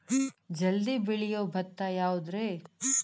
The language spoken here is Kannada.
ಜಲ್ದಿ ಬೆಳಿಯೊ ಭತ್ತ ಯಾವುದ್ರೇ?